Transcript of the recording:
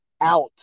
out